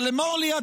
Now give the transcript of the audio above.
אבל אמור לי,